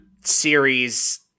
series